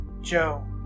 Joe